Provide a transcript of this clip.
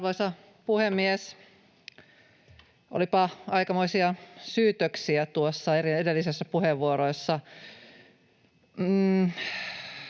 Arvoisa puhemies! Olipa aikamoisia syytöksiä noissa edellisissä puheenvuoroissa.